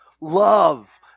Love